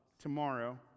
tomorrow